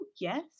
yes